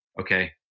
Okay